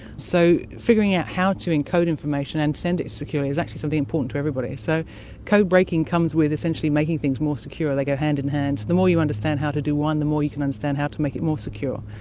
so figuring out how to encode information and send it securely is actually something important to everybody, so code-breaking comes with essentially making things more secure, they go hand-in-hand. the more you understand how to do one, the more you can understand how to make it more secure,